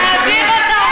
מי זה אונסק"ו?